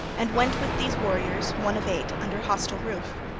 and went with these warriors, one of eight, under hostile roof.